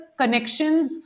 connections